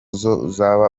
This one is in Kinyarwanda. uzaba